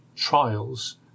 trials